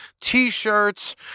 t-shirts